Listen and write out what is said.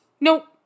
Nope